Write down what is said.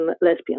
lesbians